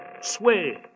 sway